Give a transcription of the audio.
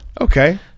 Okay